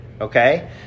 Okay